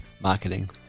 marketing